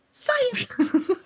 science